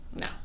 No